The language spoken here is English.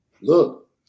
Look